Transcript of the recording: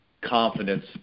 confidence